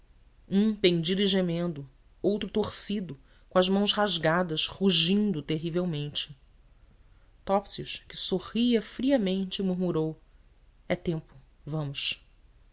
um pendido e gemendo outro torcido com as mãos rasgadas rugindo terrivelmente topsius que sorria friamente murmurou é tempo vamos